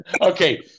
Okay